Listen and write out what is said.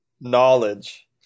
knowledge